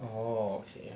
oh okay